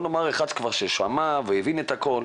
בואי נאמר אחד שכבר שמע והבין את הכל,